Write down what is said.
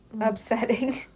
upsetting